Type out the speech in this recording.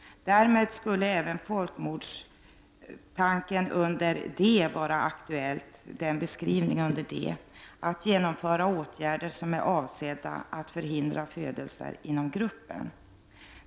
Därmed skulle även folkmordsdefinitionen under d) vara aktuell, dvs. ”att genomföra åtgärder som äro avsedda att förhindra födelser inom gruppen”.